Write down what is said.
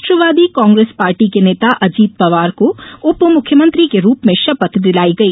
राष्ट्रवादी Congress party के नेता अजित पवार को उपमुख्यमंत्री के रूप में शपथ दिलाई गई